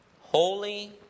Holy